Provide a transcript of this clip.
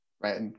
Right